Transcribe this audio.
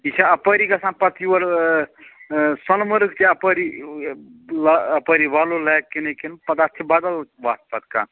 یہِ چھا اَپٲری گژھان پتہٕ یور سۄنہٕ مرگ تہِ اَپٲری اَپٲری وۅلُر لیک کِنی کِنہٕ پتہٕ اَتھ چھِ بدل وَتھ پَتہٕ کانٛہہ